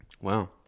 Wow